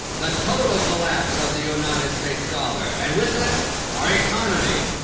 the total collapse of the united states dollar, and with it our economy,